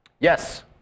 Yes